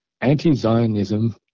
anti-Zionism